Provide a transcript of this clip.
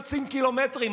רצים קילומטרים,